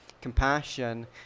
compassion